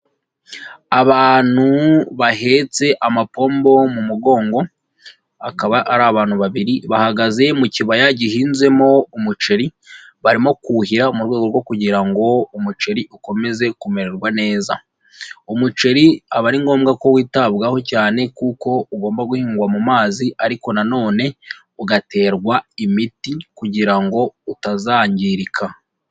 Abantu bahetse amapombo mu mugongo akaba ari abantu babiri bahagaze mu kibaya gihinzemo umuceri, barimo kuhira mu rwego rwo kugira ngo umuceri ukomeze kumererwa neza. Umuceri aba ari ngombwa ko witabwaho cyane kuko ugomba guhingwa mu mazi, ariko nanone ugaterwa imiti kugira ngo utazangirika.